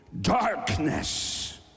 darkness